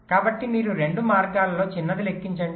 కాబట్టి మీరు రెండు మార్గాలలో చిన్నది లెక్కించండి